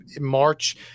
march